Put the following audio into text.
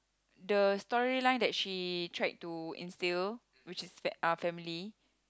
the storyline that she tried to instill which is f~ uh family